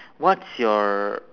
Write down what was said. what's your